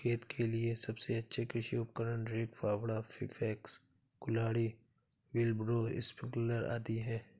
खेत के लिए सबसे अच्छे कृषि उपकरण, रेक, फावड़ा, पिकैक्स, कुल्हाड़ी, व्हीलब्रो, स्प्रिंकलर आदि है